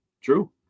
true